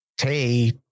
hey